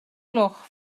gloch